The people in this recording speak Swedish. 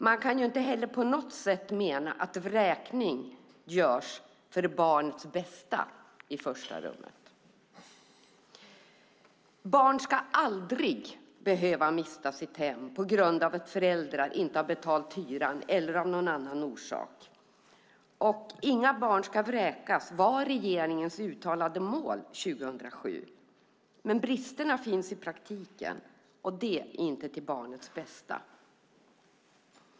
Man kan inte mena att vräkning görs med barnets bästa i första rummet. Barn ska aldrig behöva mista sitt hem på grund av att föräldrar inte har betalat hyran eller av någon annan orsak. Inga barn ska vräkas - det var regeringens uttalade mål 2007. Bristerna finns i praktiken. Det är inte till barnets bästa.